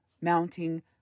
mounting